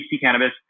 cannabis